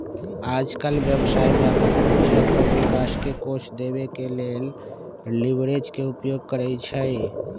याजकाल व्यवसाय व्यापक रूप से अप्पन विकास के कोष देबे के लेल लिवरेज के उपयोग करइ छइ